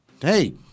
hey